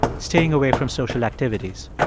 staying away from social activities.